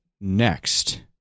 next